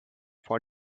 for